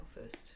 first